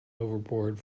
overboard